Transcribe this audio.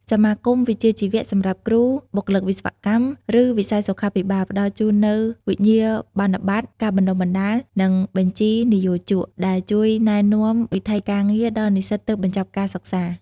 សមាគមវិជ្ជាជីវៈសម្រាប់គ្រូ បុគ្គលិកវិស្វកម្ម ឬវិស័យសុខាភិបាល ផ្តល់ជូននូវវិញ្ញាបនបត្រ ការបណ្តុះបណ្តាល និងបញ្ជីនិយោជក ដែលជួយណែនាំវិថីការងារដល់និស្សិតទើបបញ្ចប់ការសិក្សា។